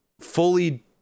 fully